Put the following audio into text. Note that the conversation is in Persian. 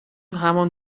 همان